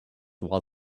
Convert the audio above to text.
while